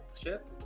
Chip